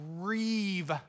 grieve